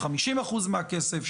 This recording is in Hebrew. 50% מהכסף,